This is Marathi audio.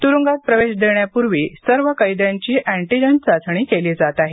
तुरुंगात प्रवेश देण्यापूर्वी सर्व कैद्यांची अँटीजेन चाचणी केली जात आहे